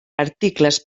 articles